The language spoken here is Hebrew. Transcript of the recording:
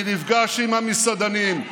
אני נפגש עם המסעדנים,